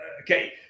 Okay